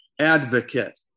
advocate